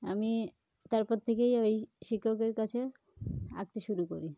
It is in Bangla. আমি তারপর থেকেই ওই শিক্ষকের কাছে আঁকতে শুরু করি